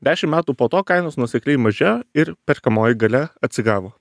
dešim metų po to kainos nuosekliai mažėjo ir perkamoji galia atsigavo